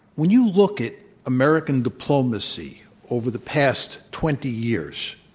when you look at american diplomacy over the past twenty years,